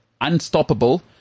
Unstoppable